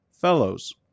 fellows